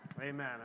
Amen